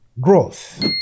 growth